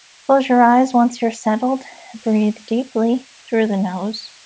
close your eyes, once you're settled breathe deeply through the nose